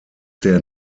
der